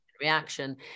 reaction